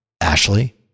Ashley